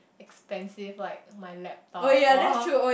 expensive like my laptop or